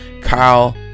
Kyle